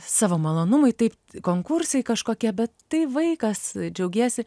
savo malonumui taip konkursai kažkokie bet tai vaikas džiaugiesi